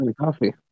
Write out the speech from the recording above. coffee